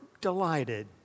delighted